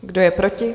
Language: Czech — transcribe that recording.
Kdo je proti?